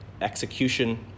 execution